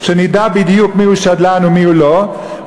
שנדע בדיוק מיהו שדלן ומיהו לא,